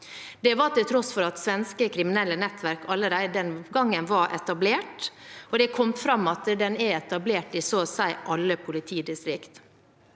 Det var til tross for at svenske kriminelle nettverk allerede den gangen var etablert, og det har kommet fram at de er etablert i så å si alle politidistrikt.